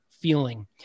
feeling